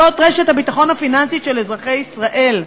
זאת רשת הביטחון הפיננסית של אזרחי ישראל.